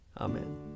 Amen